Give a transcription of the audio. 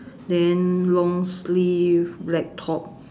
then long sleeve black top